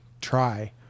try